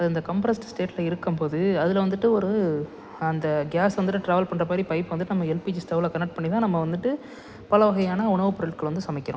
அது அந்த கம்ப்ரஸ்டு ஸ்டேட்டில் இருக்கும்போது அதில் வந்துட்டு ஒரு அந்த கேஸ் வந்துட்டு ட்ராவல் பண்ணுற மாதிரி பைப் வந்துட்டு நம்ம எல்பிஜி ஸ்டவ்வில் கனெக்ட் பண்ணிதான் நம்ம வந்துட்டு பல வகையான உணவு பொருள்களை வந்து சமைக்கிறோம்